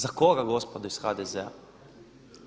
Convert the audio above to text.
Za koga gospodo iz HDZ-a?